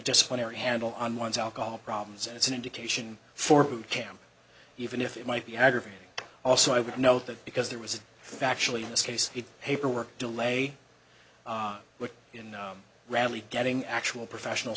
disciplinary handle on one's alcohol problems and it's an indication for camp even if it might be aggravated also i would note that because there was actually in this case it paperwork delay which you know rally getting actual professional